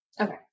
Okay